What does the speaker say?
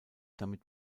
damit